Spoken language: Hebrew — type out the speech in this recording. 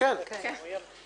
תגיד עוד פעם את